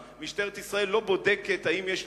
משטרת ישראל בודקת רק מי אשם בתאונה,